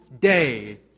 day